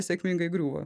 sėkmingai griūva